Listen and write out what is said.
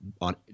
on